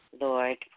Lord